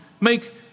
make